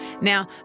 Now